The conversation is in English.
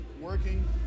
working